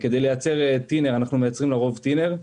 כדי לייצר טינר אנחנו מייצרים לרוב טינר.